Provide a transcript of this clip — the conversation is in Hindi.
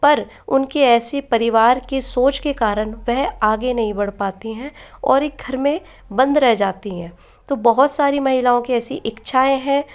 पर उनकी ऐसी परिवार की सोच के कारण वह आगे नहीं बढ़ पाती हैं और एक घर में बंद रह जाती हैं तो बहुत सारी महिलाओं की ऐसी इच्छाएँ हैं